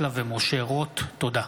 תודה.